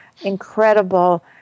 incredible